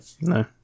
No